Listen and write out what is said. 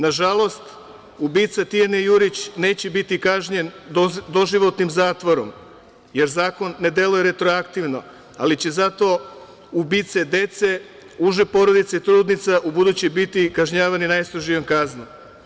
Nažalost, ubica Tijane Jurić neće biti kažnjen doživotnim zatvorom, jer zakon ne deluje retroaktivno, ali će zato ubice dece, uže porodice, trudnica u buduće biti kažnjavane najstrožom kaznom.